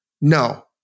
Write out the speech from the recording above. no